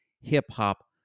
hip-hop